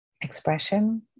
expression